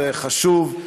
חשוב,